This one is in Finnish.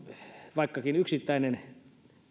vaikkakin yksittäinen